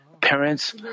Parents